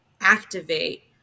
activate